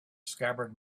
scabbard